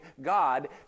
God